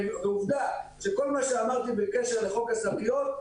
ועובדה, כל מה שאמרתי בקשר לחוק השקיות,